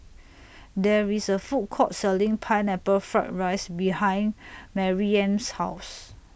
There IS A Food Court Selling Pineapple Fried Rice behind Maryam's House